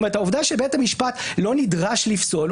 העובדה שבית המשפט לא נדרש לפסול,